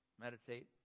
meditate